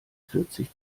vierzig